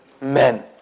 men